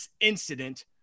incident